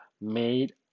made